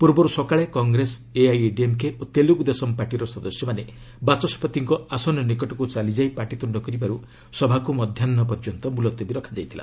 ପୂର୍ବରୁ ସକାଳେ କଂଗ୍ରେସ ଏଆଇଏଡିଏମ୍କେ ଓ ତେଲୁଗୁ ଦେଶମ୍ ପାର୍ଟିର ସଦସ୍ୟମାନେ ବାଚସ୍କତିଙ୍କ ଆସନ ନିକଟକୁ ଚାଲିଯାଇ ପାର୍ଟିତ୍ରୁଷ୍ଣ କରିବାରୁ ସଭାକୁ ମଧ୍ୟାହୁ ପର୍ଯ୍ୟନ୍ତ ମୁଲତବୀ ରଖାଯାଇଥିଲା